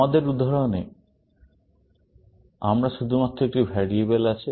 আমাদের উদাহরণে আমরা শুধুমাত্র একটি ভ্যারিয়েবল আছে